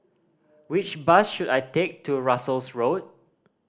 which bus should I take to Russels Road